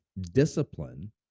discipline